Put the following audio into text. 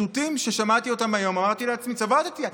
ציטוטים ששמעתי אותם היום וצבטתי את עצמי.